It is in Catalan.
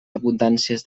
abundàncies